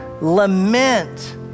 lament